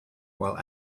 while